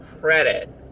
credit